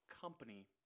company